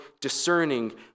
discerning